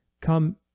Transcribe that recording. come